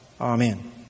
Amen